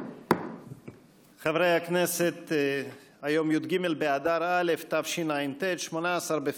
הממשלה: הודעת הממשלה בהתאם לסעיף 9(א)(6) לחוק הממשלה,